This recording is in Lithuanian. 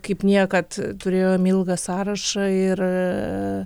kaip niekad turėjome ilgą sąrašą ir